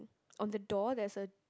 on the door there's a